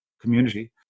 community